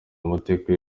amateka